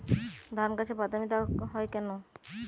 ধানগাছে বাদামী দাগ হয় কেন?